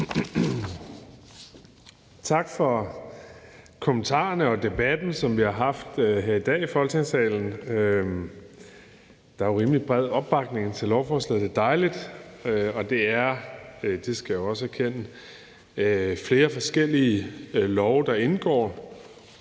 Tak for kommentarerne og debatten, som vi har haft her i Folketingssalen i dag. Der er jo rimelig bred opbakning til lovforslaget. Det er dejligt. Det er – det skal jeg også erkende